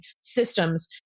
systems